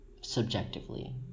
subjectively